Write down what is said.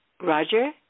Roger